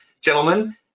gentlemen